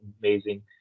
amazing